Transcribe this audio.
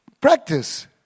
practice